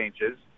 changes